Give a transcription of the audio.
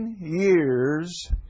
years